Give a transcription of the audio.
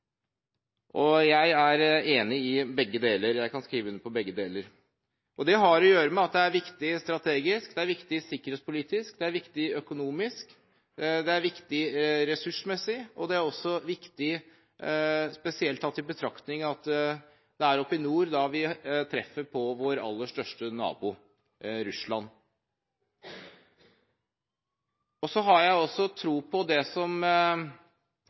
Jeg er enig i begge deler, jeg kan skrive under på begge deler. Det har å gjøre med at det er viktig strategisk, det er viktig sikkerhetspolitisk, det er viktig økonomisk, det er viktig ressursmessig, og det er også viktig spesielt tatt i betraktning at det er oppe i nord vi treffer på vår aller største nabo, Russland. Så har jeg også tro på det som står i Njåls saga. Der står det noe klokt. Det står at det som